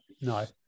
No